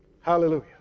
Hallelujah